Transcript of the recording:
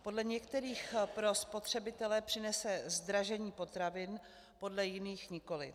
Podle některých pro spotřebitele přinese zdražení potravin, podle jiných nikoliv.